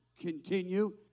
continue